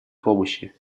помощи